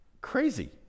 crazy